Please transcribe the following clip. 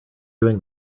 doing